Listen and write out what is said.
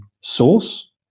source